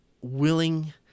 willing